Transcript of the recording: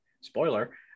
spoiler